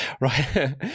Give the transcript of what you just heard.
right